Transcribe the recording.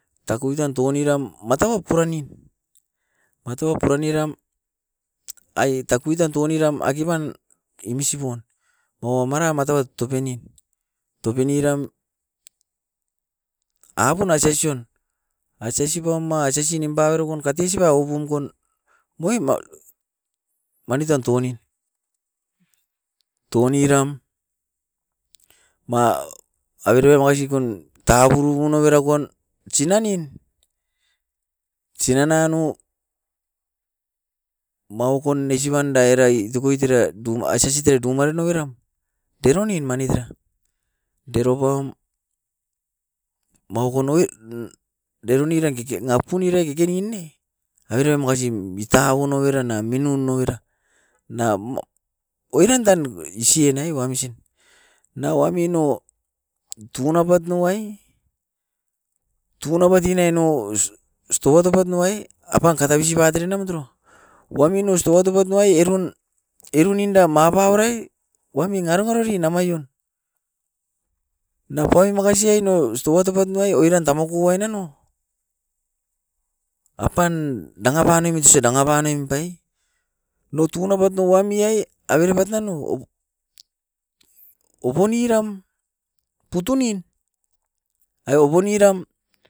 Takutan touniram mataua puran nin, matau pura niram ai takuitam tuniram akiban tan imisibon, pau amara mataut topenin, topeniram agonaisesion aisibama siesi nimpaoi barobon katei sipa oupunkon. Moim manit tan touni, touni ram ma averepai makasikon tangapurupu sinanim. Sinan nanou maukon nesipan dae ere tukuit era dum aisi aisi tera dumaroin oiram, deron nin mani tara. Deropam maukonoi deron oiran keken na punira kekenin ne, averepa makasin bitaun noveran a minun oiran. Oiran tan isi enai wamsin, nau wami nou dunapat nuai tunai pait e ne nou stoa topait nai ai. Apan katabisi batere namotoro wamin no sto atopat nuai erun. Erun inda mapau rai wamin arobaro ri namaion, na pai makasi ai nou sto oitupat nuai oiran tamoku ainano, apan danga panemit ose danga banem pai. Nou tunabat nou wami ai, averepait nanao, ouponiram tutunin, ai ouponiram